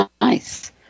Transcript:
nice